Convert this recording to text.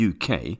UK